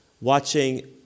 watching